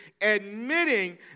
admitting